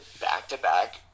back-to-back